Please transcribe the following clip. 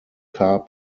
car